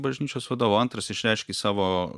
bažnyčios vadovą o antras išreiški savo